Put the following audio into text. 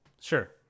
Sure